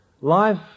Life